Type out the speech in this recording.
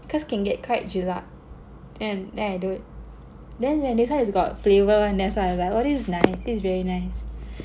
cause can get quite jelak then I don't then when this one is got flavour [one] that's why I like !wah! this is nice this is very nice